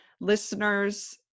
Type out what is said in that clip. listeners